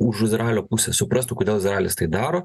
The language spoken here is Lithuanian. už izraelio pusę suprastų kodėl izraelis tai daro